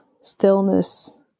stillness